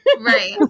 Right